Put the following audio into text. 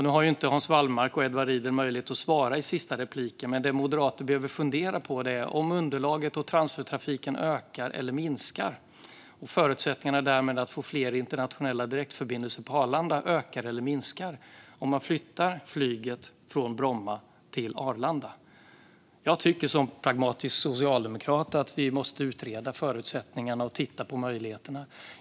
Nu har Hans Wallmark och Edward Riedl inte möjlighet att svara, men det Moderaterna behöver fundera på är om underlaget och transfertrafiken ökar eller minskar och därmed om förutsättningarna att få fler internationella direktförbindelser på Arlanda ökar eller minskar om man flyttar flyget från Bromma till Arlanda. Som pragmatisk socialdemokrat tycker jag att vi måste utreda förutsättningarna och titta på möjligheterna.